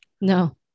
No